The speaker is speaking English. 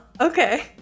Okay